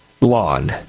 lawn